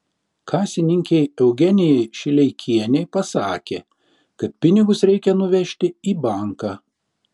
kasininkei eugenijai šileikienei pasakė kad pinigus reikia nuvežti į banką